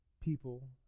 people